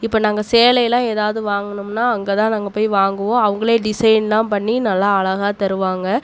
இப்போ நாங்கள் சேலை எல்லாம் எதாவது வாங்கணும்னா அங்கே தான் நாங்கள் போய் வாங்குவோம் அவங்களே டிசைன்லாம் பண்ணி நல்லா அழகா தருவாங்க